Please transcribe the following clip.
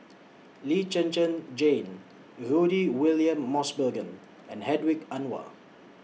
Lee Zhen Zhen Jane Rudy William Mosbergen and Hedwig Anuar